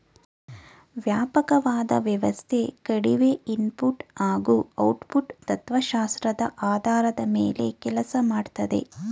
ವ್ಯಾಪಕವಾದ ವ್ಯವಸ್ಥೆ ಕಡಿಮೆ ಇನ್ಪುಟ್ ಹಾಗೂ ಔಟ್ಪುಟ್ ತತ್ವಶಾಸ್ತ್ರದ ಆಧಾರದ ಮೇಲೆ ಕೆಲ್ಸ ಮಾಡ್ತದೆ